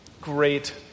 great